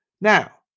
Now